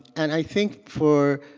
and i think for